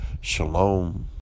Shalom